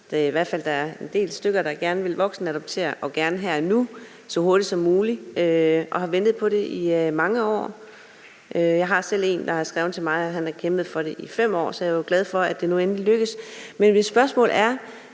i hvert fald nogle stykker – der gerne vil voksenadoptere og gerne her og nu og så hurtigt som muligt, og som har ventet på det i mange år. Jeg har selv en, der har skrevet til mig, at han har kæmpet for det i 5 år, så jeg er jo glad for, at det nu endelig lykkes. Men mit spørgsmål er